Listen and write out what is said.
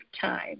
time